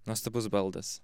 nuostabus baldas